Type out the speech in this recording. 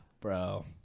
Bro